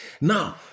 Now